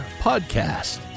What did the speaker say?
podcast